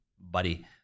buddy